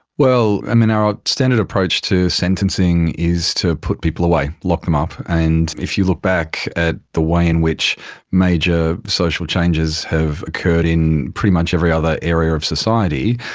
well, um our standard approach to sentencing is to put people away, lock them up. and if you look back at the way in which major social changes have occurred in pretty much every other area of society,